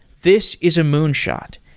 this is a moonshot,